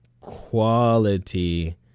quality